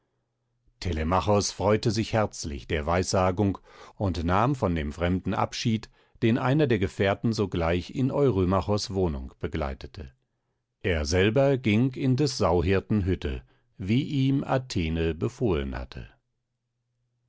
freute sich herzlich der weissagung und nahm von dem fremden abschied den einer der gefährten sogleich in eurymachos wohnung begleitete er selber ging in des sauhirten hütte wie ihm athene befohlen hatte